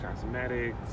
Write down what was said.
Cosmetics